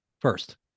First